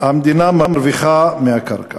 המדינה מרוויחה מהעניין,